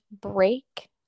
break